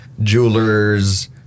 jewelers